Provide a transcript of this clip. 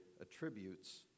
attributes